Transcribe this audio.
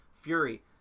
fury